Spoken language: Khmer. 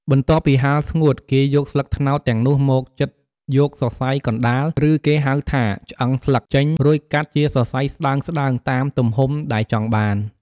បន្ទាប់ពីហាលស្ងួត គេយកស្លឹកត្នោតទាំងនោះមក ចិតយកសរសៃកណ្តាល ឬគេហៅថា ឆ្អឹងស្លឹក ចេញ រួចកាត់ជាសរសៃស្ដើងៗតាមទំហំដែលចង់បាន។